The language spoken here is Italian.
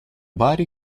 vari